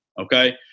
okay